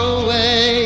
away